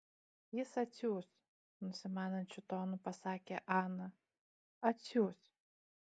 jis atsiųs nusimanančiu tonu pasakė ana atsiųs